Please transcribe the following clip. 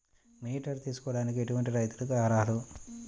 Mini tractor తీసుకోవడానికి ఎటువంటి రైతులకి అర్హులు?